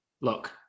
look